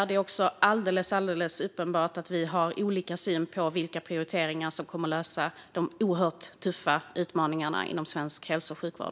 Det är också alldeles uppenbart att vi har olika syn på vilka prioriteringar som kommer att lösa de oerhört tuffa utmaningarna inom svensk hälso och sjukvård.